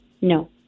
No